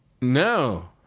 No